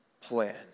plan